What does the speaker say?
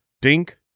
dink